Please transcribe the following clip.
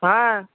হ্যাঁ